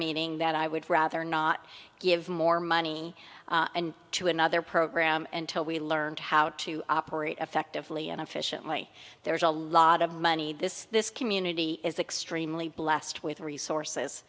meaning that i would rather not give more money to another program and till we learned how to operate effectively and efficiently there's a lot of money this this community is extremely blessed with resources